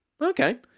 Okay